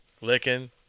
licking